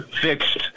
fixed